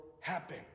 happen